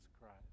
Christ